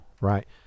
right